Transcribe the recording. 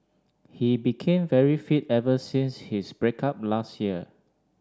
he became very fit ever since his break up last year